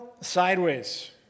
sideways